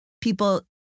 people